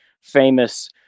famous